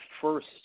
first